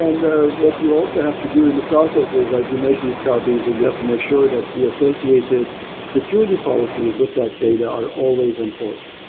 and what you also have to do in the process is as you make these copies, you have to make sure that the associated security policies with that data are always enforced.